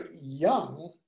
young